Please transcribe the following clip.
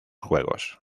juegos